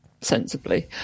sensibly